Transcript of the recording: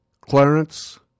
Clarence